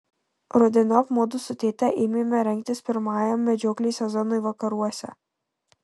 rudeniop mudu su tėte ėmėme rengtis pirmajam medžioklės sezonui vakaruose